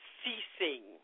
ceasing